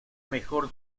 mejor